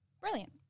Brilliant